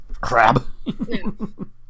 Crab